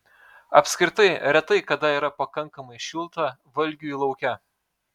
apskritai retai kada yra pakankamai šilta valgiui lauke